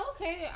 okay